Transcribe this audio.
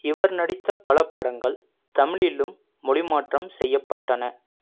இவர் நடித்த பல படங்கள் தமிழிலும் மொழிமாற்றம் செய்யப்பட்டன